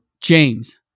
James